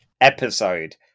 episode